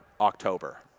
October